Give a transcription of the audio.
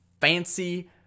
fancy